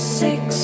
six